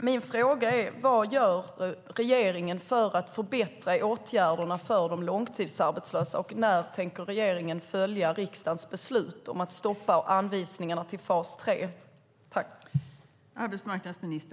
Min fråga är: Vad gör regeringen för att förbättra åtgärderna för de långtidsarbetslösa, och när tänker regeringen följa riksdagens beslut om att stoppa anvisningarna till fas 3?